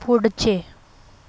पुढचे